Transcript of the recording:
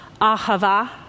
ahava